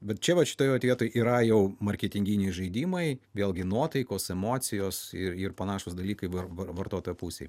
bet čia vat šitoj vat vietoj yra jau marketinginiai žaidimai vėlgi nuotaikos emocijos ir ir panašūs dalykai var vartotojo pusėj